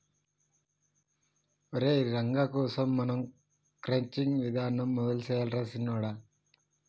ఒరై రంగ కోసం మనం క్రచ్చింగ్ విధానం మొదలు సెయ్యాలి రా సిన్నొడా